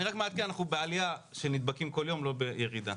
אני רק מעדכן שישנה עלייה של נדבקים מיום ליום ולא ירידה.